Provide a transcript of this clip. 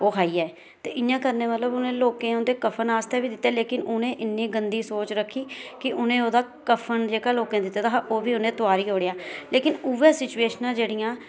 ओह् खाई आए ते इयां करने कन्नै लोकें उंदे कफन आस्तै बी दित्ता लेकिन उनें इन्नी गंदी सोच रक्खी कि उनें ओह्दा कफन जेहका लोकें दित्ते दा हा ओह् बी उनें तुआरी ओड़ेआ लेकिन उऐ सिचुएशना जेहडियां